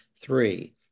three